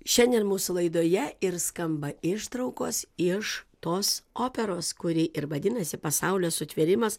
šiandien mūsų laidoje ir skamba ištraukos iš tos operos kuri ir vadinasi pasaulio sutvėrimas